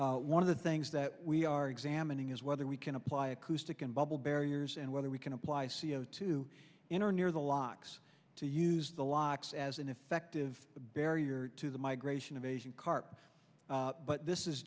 one of the things that we are examining is whether we can apply acoustic and double barriers and whether we can apply c o two in or near the locks to use the locks as an effective barrier to the migration of asian carp but this is